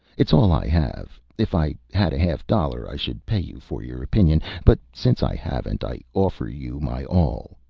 it's all i have. if i had a half-dollar i should pay you for your opinion but since i haven't, i offer you my all.